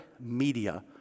media